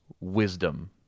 wisdom